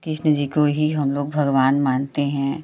कृष्ण जी को ही हम लोग भगवान मानते हैं